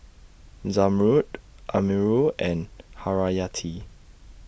Zamrud Amirul and Haryati